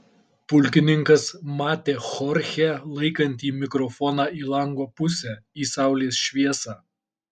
pulkininkas matė chorchę laikantį mikrofoną į lango pusę į saulės šviesą